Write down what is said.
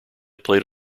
played